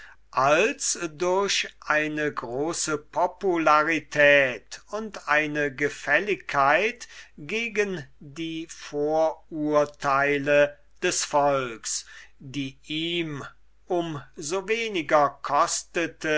als durch eine große popularität und durch eine gefälligkeit gegen die vorurteile des volks die ihn um so weniger kostete